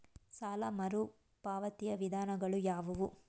ಸಾಲ ಮರುಪಾವತಿಯ ವಿಧಾನಗಳು ಯಾವುವು?